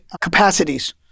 capacities